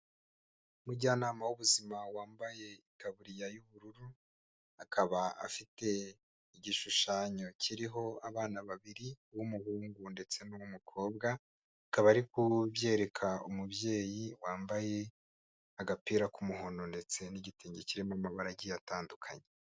Umujyanama w'ubuzima wambaye itaburiya y'ubururu, akaba afite igishushanyo kiriho abana babiri, uw'umuhungu ndetse n'uw'umukobwa, akaba ari kubyereka umubyeyi wambaye agapira k'umuhondo ndetse n'igitenge kirimo amabara agiye atandukanye.